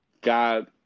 God